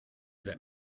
that